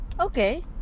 Okay